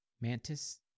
Mantis